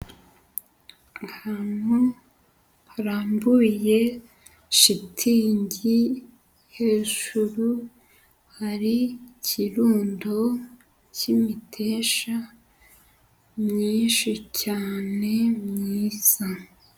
Ahantu harambuye shitingi. Hejuru hari ikirundo k'imiteja myinshi cyane, myiza.